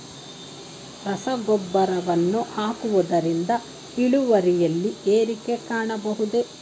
ರಸಗೊಬ್ಬರವನ್ನು ಹಾಕುವುದರಿಂದ ಇಳುವರಿಯಲ್ಲಿ ಏರಿಕೆ ಕಾಣಬಹುದೇ?